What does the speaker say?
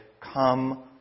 Come